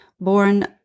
born